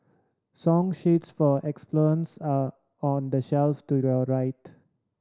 song sheets for xylophones are on the shelf to your right